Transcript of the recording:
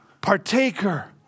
partaker